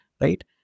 right